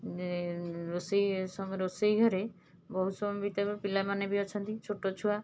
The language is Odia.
ଯେ ରୋଷେଇ ସମୟ ରୋଷେଇ ଘରେ ବହୁତ ସମୟ ବିତେଇବା ପିଲାମାନେ ବି ଅଛନ୍ତି ଛୋଟ ଛୁଆ